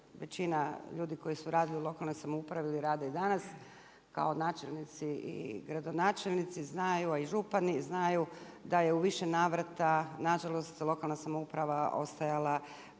većina ljudi koji su radili u lokalnoj samoupravi rade i danas kao načelnici i gradonačelnici znaju a i župani znaju da je u više navrata nažalost lokalna samouprava ostajala